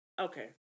Okay